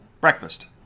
Breakfast